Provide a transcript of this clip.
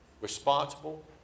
responsible